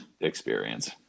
experience